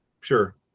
Sure